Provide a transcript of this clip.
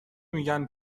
میگن